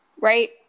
Right